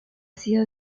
sido